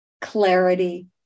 clarity